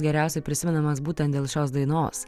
geriausiai prisimenamas būtent dėl šios dainos